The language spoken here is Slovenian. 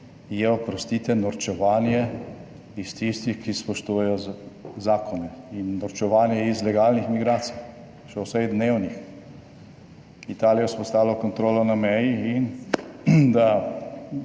je, oprostite, norčevanje iz tistih, ki spoštujejo zakone in norčevanje iz legalnih migracij, še vseh dnevnih. Italija vzpostavila kontrolo na meji, in da